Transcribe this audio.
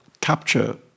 capture